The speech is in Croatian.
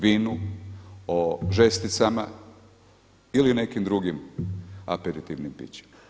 Vinu, o žesticama ili nekim drugim aperitivnim pićima.